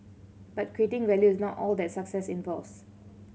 but creating value is not all that success involves